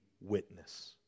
witness